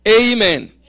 Amen